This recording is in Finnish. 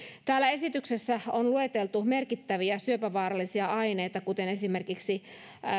täällä esityksessä on lueteltu merkittäviä syöpävaarallisia aineita kuten esimerkiksi